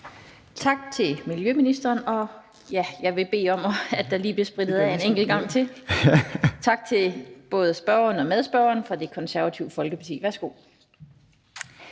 Tak til miljøministeren. Og jeg vil bede om, at der lige bliver sprittet af en enkelt gang til. Tak til både spørgeren og medspørgeren fra Det Konservative Folkeparti. Derved